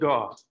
God